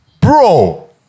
bro